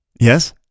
Yes